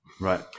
Right